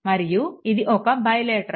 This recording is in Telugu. మంరియు ఇది ఒక బైలేటరల్